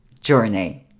journey